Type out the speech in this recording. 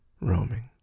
roaming